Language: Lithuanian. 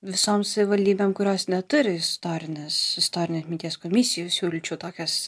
visoms savivaldybėm kurios neturi istorinės istorinių atminties komisijų siūlyčiau tokias